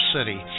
City